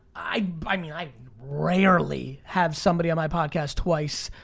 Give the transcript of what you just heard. i but i mean, i rarely have somebody on my podcast twice.